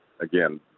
again